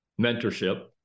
Mentorship